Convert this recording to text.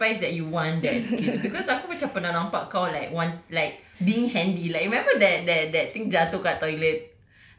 I'm not surprised that you want that because aku macam pernah nampak kau like one like being handy like remember that that that thing jatuh kat toilet